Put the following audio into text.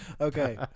Okay